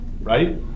right